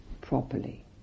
properly